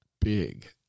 big